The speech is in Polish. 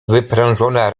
wyprężona